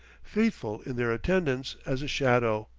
faithful in their attendance as a shadow.